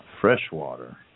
freshwater